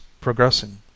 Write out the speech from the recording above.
progressing